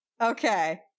Okay